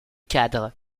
cadre